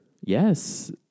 Yes